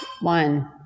one